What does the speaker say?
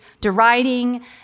deriding